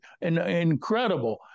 incredible